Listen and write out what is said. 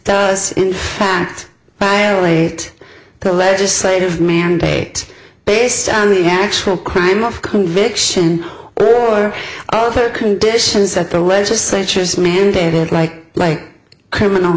does in fact by a late the legislative mandate based on the actual crime of conviction or other conditions that the legislatures mandated like like criminal